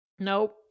Nope